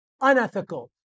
unethical